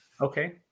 Okay